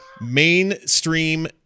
mainstream